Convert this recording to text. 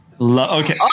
Okay